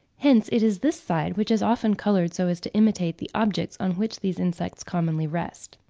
hence it is this side which is often coloured so as to imitate the objects on which these insects commonly rest.